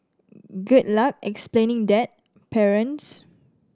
good luck explaining that parents